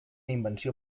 invenció